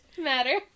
Matter